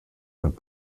und